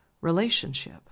relationship